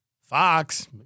Fox